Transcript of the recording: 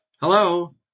Hello